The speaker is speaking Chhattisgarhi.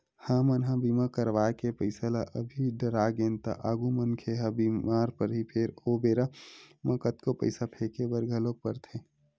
हमन ह बीमा करवाय के पईसा ल अभी डरागेन त आगु मनखे ह बीमार परही फेर ओ बेरा म कतको पईसा फेके बर घलोक परथे